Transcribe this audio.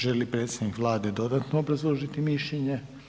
Želi li predstavnik Vlade dodatno obrazložiti mišljenje?